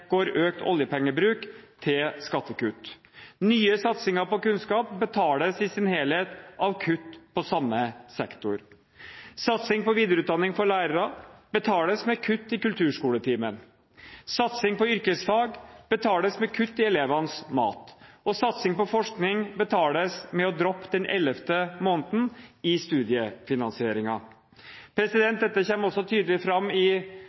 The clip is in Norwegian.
går økt oljepengebruk til skattekutt. Nye satsinger på kunnskap betales i sin helhet av kutt på samme sektor. Satsing på videreutdanning for lærere betales med kutt i kulturskoletimen. Satsing på yrkesfag betales med kutt i elevenes mat. Og satsing på forskning betales med å droppe den ellevte måneden i studiefinansieringen. Dette kommer også tydelig fram i